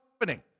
happening